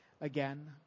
again